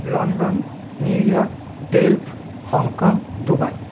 London New York Delft Hong Kong Dubai